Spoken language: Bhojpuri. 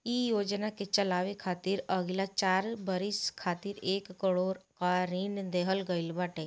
इ योजना के चलावे खातिर अगिला चार बरिस खातिर एक करोड़ कअ ऋण देहल गईल बाटे